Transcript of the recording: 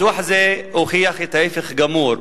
הדוח הזה הוכיח את ההיפך הגמור,